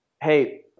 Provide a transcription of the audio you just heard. hey